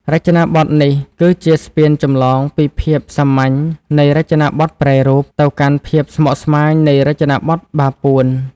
រចនាបថនេះគឺជាស្ពានចម្លងពីភាពសាមញ្ញនៃរចនាបថប្រែរូប ទៅកាន់ភាពស្មុគស្មាញនៃរចនាបថបាពួន។